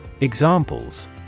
Examples